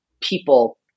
people